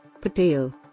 Patel